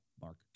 Mark